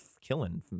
killing